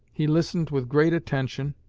he listened with great attention,